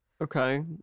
Okay